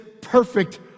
perfect